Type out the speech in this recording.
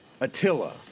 Attila